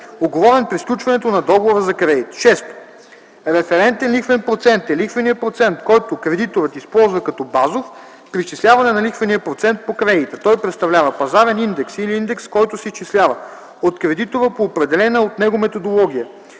уговорен при сключването на договора за кредит. 6. „Референтен лихвен процент” е лихвеният процент, който кредиторът използва като базов при изчисляване на лихвения процент по кредита. Той представлява пазарен индекс или индекс, който се изчислява от кредитора по определена от него методология.